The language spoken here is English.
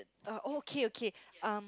uh okay okay um